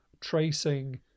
tracing